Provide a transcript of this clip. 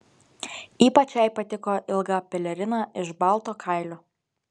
ypač jai patiko ilga pelerina iš balto kailio